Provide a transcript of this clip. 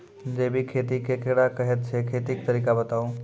जैबिक खेती केकरा कहैत छै, खेतीक तरीका बताऊ?